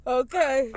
okay